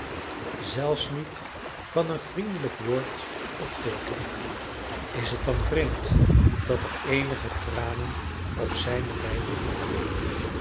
zelfs niet van een vriendelijk woord of teeken is het dan vreemd dat er eenige tranen op zijnen bijbel vallen